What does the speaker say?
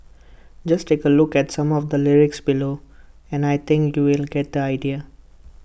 just take A look at some of the lyrics below and I think you'll get the idea